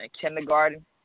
kindergarten